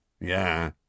Yeah